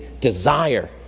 desire